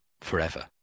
forever